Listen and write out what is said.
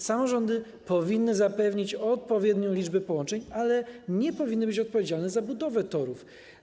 Samorządy powinny zapewnić odpowiednią liczbę połączeń, ale nie powinny być odpowiedzialne za budowę torów.